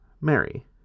Mary